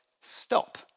stop